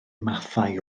mathau